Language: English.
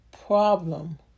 problem